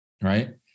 right